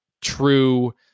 true